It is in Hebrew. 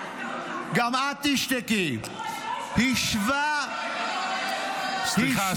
לא לא לא, אתה טועה, הוא לא שלח אותם.